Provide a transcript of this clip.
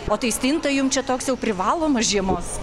o tai stinta jum čia toks jau privalomas žiemos